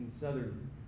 southern